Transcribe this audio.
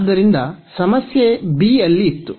ಆದ್ದರಿಂದ ಸಮಸ್ಯೆ b ಅಲ್ಲಿ ಇತ್ತು